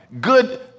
good